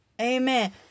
Amen